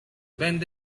bend